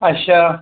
अच्छा